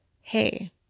hey